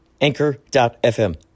Anchor.fm